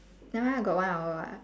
never mind ah got one hour [what]